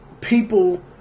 people